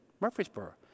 Murfreesboro